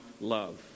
love